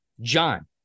John